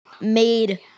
made